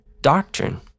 doctrine